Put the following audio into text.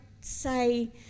say